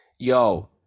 Yo